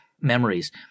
memories